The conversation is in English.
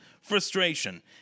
frustration